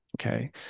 okay